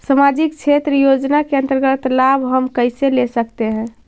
समाजिक क्षेत्र योजना के अंतर्गत लाभ हम कैसे ले सकतें हैं?